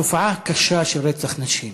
התופעה הקשה של רצח נשים,